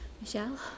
Michelle